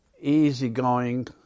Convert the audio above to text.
Easygoing